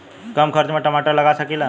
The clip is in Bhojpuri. कम खर्च में टमाटर लगा सकीला?